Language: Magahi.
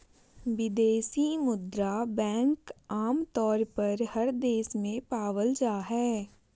विदेशी मुद्रा बैंक आमतौर पर हर देश में पावल जा हय